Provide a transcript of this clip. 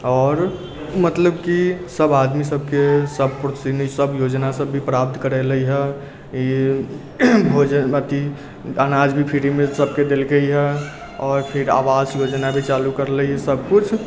आओर मतलब कि सब आदमीसबके सबकिछु योजनासब भी प्राप्त करेले हइ ई भोजन अथी अनाज भी फ्री मे सबके देलकैए आओर सब आवास योजनाके चालू करलैए सबकिछु